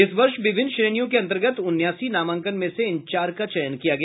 इस वर्ष विभिन्न श्रेणियों के अंतर्गत उनासी नामांकन में से इन चार का चयन किया गया